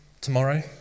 tomorrow